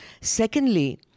Secondly